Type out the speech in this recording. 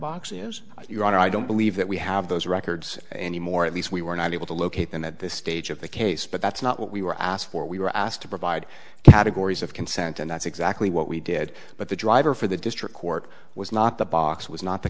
is your honor i don't believe that we have those records anymore at least we were not able to locate them at this stage of the case but that's not what we were asked for we were asked to provide categories of consent and that's exactly what we did but the driver for the district court was not the box was not